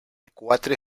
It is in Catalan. quatre